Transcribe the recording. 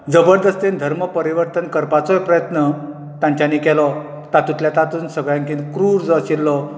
जबरदस्तीन धर्म परिवर्तन करपाचोय प्रयत्न तांच्यानी केलो तातूंतल्या तातून सगळ्यांकीन क्रूर जो आशिल्लो